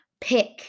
pick